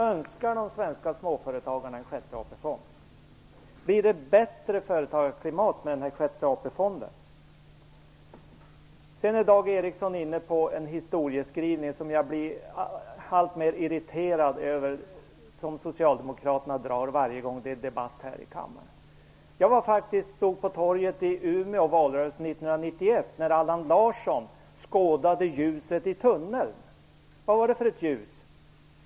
Önskar de svenska småföretagarna en sjätte AP-fond? Blir det ett bättre företagarklimat med en sjätte AP-fond? Dag Ericson gör en historieskrivning som jag blir alltmer irriterad över. Socialdemokraterna drar den jämt, varje gång det är debatt här i kammaren. Jag stod på torget i Umeå under valrörelsen 1991 då Allan Larsson skådade ljuset i tunneln. Vad var det för ett ljus?